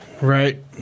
Right